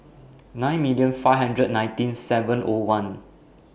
nine million five hundred nineteen seven O one